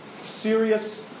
serious